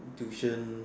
tuition